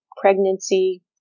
pregnancy